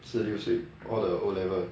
十六岁 all the O level